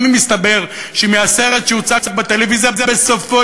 וגם אם יסתבר שמהסרט שהוצג בטלוויזיה בסופו